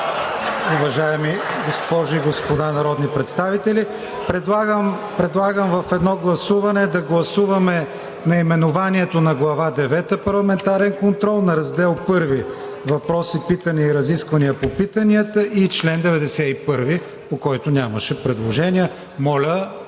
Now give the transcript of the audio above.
Уважаеми госпожи и господа народни представители, предлагам в едно гласуване да гласуваме: наименованието на „Глава девета – Парламентарен контрол“, на „Раздел I – Въпроси, питания и разисквания по питанията“, и чл. 91, по който нямаше предложения. Моля,